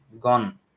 gone